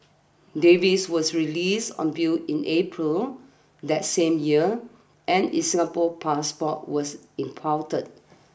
Davies was released on bail in April that same year and is Singapore passport was impounded